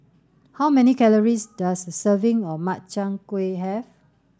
how many calories does a serving of Makchang Gui have